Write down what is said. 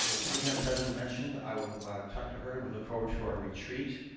ah superintendent president mentioned, i'll talk to her and we look forward to our retreat.